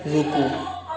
रूकु